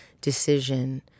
decision